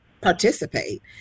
participate